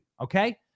okay